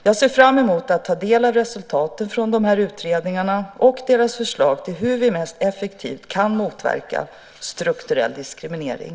Jag ser fram emot att ta del av resultaten från dessa utredningar och deras förslag till hur vi mest effektivt kan motverka strukturell diskriminering.